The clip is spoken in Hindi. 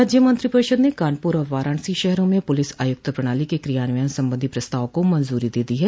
राज्य मंत्रिपरिषद ने कानपुर और वाराणसी शहरों में पुलिस आयुक्त प्रणाली के कियान्वयन संबंधी प्रस्ताव को मंजूरी दे दी है